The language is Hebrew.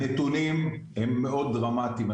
הנתונים הם מאוד דרמטיים.